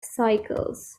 cycles